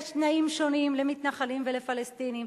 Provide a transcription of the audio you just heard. יש תנאים שונים למתנחלים ולפלסטינים,